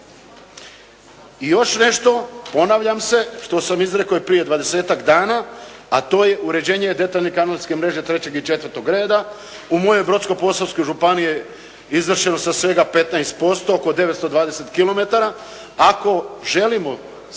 I još nešto, ponavljam se što sam izrekao i prije 20-tak dana, a to je uređenje detaljne kanalske mreže 3. i 4. reda. U mojoj Brodsko-posavskoj županiji je izvršeno svega 15%, oko 920 kilometara. Ako želimo